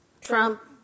Trump